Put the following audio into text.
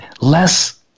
less